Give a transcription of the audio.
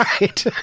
Right